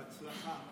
בהצלחה.